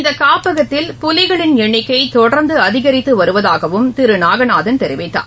இந்தகாப்பகத்தில் புலிகளின் எண்ணிக்கைதொடர்ந்துஅதிகரித்துவருவதாகவும் திருநாகநாதன் தெரிவித்தார்